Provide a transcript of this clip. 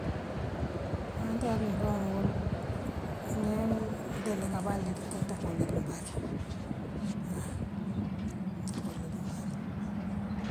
Haa nte la duŋ fiŋool woolem ňiiŋ dendika baaleti ka nte ka woolu le duŋ baa ke haa nte ka woolu le duŋ baa ke.